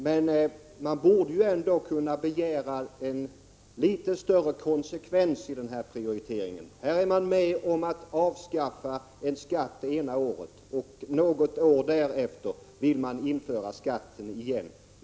Men man borde ändå kunna begära litet större konsekvens i denna prioritering. Här har man varit med om att avskaffa en skatt det ena året, och något år senare vill man införa skatten igen.